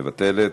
מוותרת,